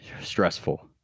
stressful